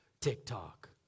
TikTok